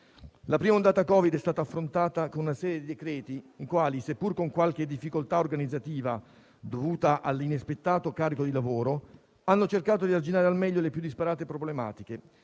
La prima ondata Covid è stata affrontata con una serie di decreti i quali, seppur con qualche difficoltà organizzativa dovuta all'inaspettato carico di lavoro, hanno cercato di arginare al meglio le più disparate problematiche.